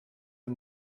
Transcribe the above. der